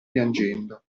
piangendo